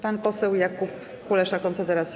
Pan poseł Jakub Kulesza, Konfederacja.